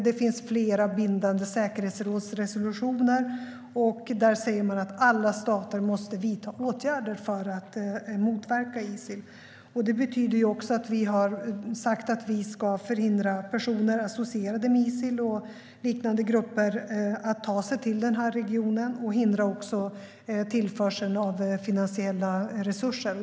Det finns flera bindande säkerhetsrådsresolutioner där man säger att alla stater måste vidta åtgärder för att motverka Isil. Det betyder också att vi har sagt att vi ska förhindra personer associerade med Isil och liknande grupper att ta sig till den här regionen och också hindra tillförseln av finansiella resurser.